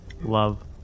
Love